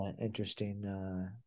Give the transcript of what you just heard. interesting